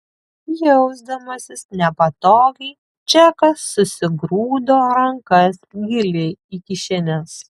jausdamasis nepatogiai džekas susigrūdo rankas giliai į kišenes